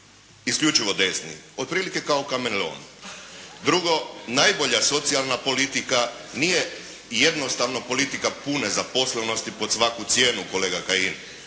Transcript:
isključivo desni. Otprilike kao kameleon. Drugo. Najbolja socijalna politika nije jednostavno politika pune zaposlenosti pod svaku cijenu kolega Kajin.